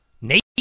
Nate